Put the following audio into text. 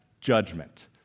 judgment